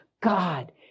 God